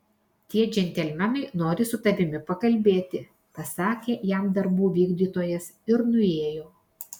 tie džentelmenai nori su tavimi pakalbėti pasakė jam darbų vykdytojas ir nuėjo